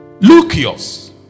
Lucius